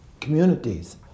communities